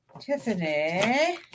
Tiffany